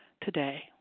today